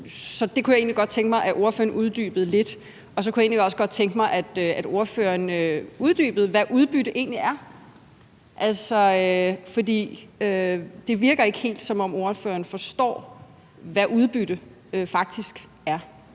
Så det kunne jeg egentlig godt tænke mig at ordføreren uddybede lidt, og så kunne jeg egentlig også godt tænke mig, at ordføreren uddybede, hvad udbytte egentlig er, for det virker ikke helt, som om ordføreren forstår, hvad udbytte faktisk er.